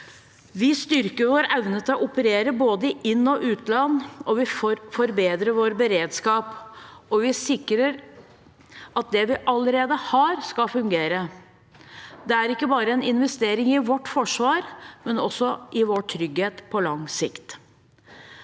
Vi styrker vår evne til å operere i både inn- og utland. Vi forbedrer vår beredskap, og vi sikrer at det vi allerede har, skal fungere. Det er ikke bare en investering i vårt forsvar, men også i vår trygghet på lang sikt.